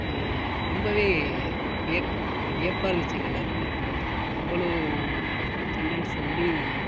ரொம்பவே வியக் ஒரு வியப்பாக இருந்துச்சு எங்கே எல்லோருக்கும் அவ்வளோ சென்டென்ஸ் சொல்லி